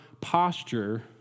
posture